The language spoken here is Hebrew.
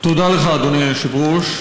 תודה לך, אדוני היושב-ראש.